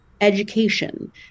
education